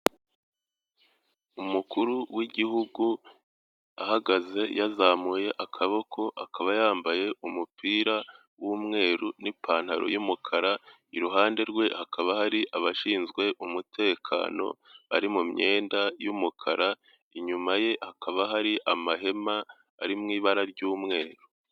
Umukuru w'Igihugu ahagaze yazamuye akaboko, akaba yambaye umupira w'umweru n'ipantaro y'umukara, iruhande rwe hakaba hari abashinzwe umutekano bari mu myenda y'umukara, inyuma ye hakaba hari amahema ari mu ibara ry'umweru.